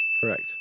Correct